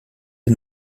est